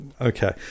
okay